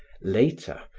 later,